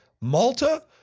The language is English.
Malta